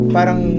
Parang